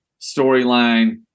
storyline